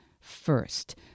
first